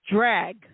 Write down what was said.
Drag